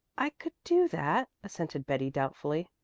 i could do that, assented betty doubtfully.